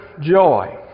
joy